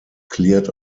cleared